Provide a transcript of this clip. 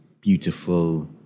beautiful